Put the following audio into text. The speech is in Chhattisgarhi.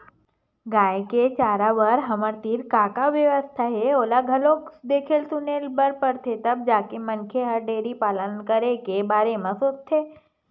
गाय के चारा बर हमर तीर का का बेवस्था हे ओला घलोक देखे सुने बर परथे तब जाके मनखे ह डेयरी पालन करे के बारे म सोचथे